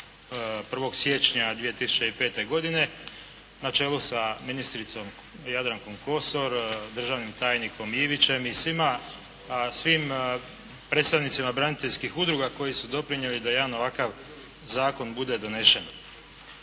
1. siječnja 2005. godine na čelu sa ministricom Jadrankom Kosor, državnim tajnikom Ivićem i svim predstavnicima braniteljskih udruga koji su doprinijeli da jedan ovakav zakon bude donesen.